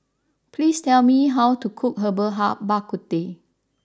please tell me how to cook Herbal Hak Bak Ku Teh